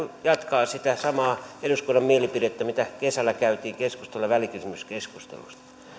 jatkaa sitä samaa eduskunnan mielipidettä mitä kesällä käytiin keskusteluja välikysymyskeskustelussa